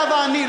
הרי אתה ואני,